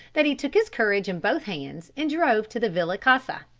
that he took his courage in both hands and drove to the villa casa.